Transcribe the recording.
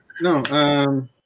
no